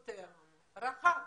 יותר רחב.